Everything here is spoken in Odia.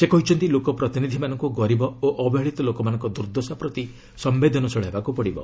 ସେ କହିଛନ୍ତି ଲୋକପ୍ରତିନିଧିମାନଙ୍କୁ ଗରିବ ଓ ଅବହେଳିତ ଲୋକମାନଙ୍କ ଦୁର୍ଦ୍ଦଶା ପ୍ରତି ସମ୍ଭେଦନଶୀଳ ହେବାକୁ ପଡ଼ିବ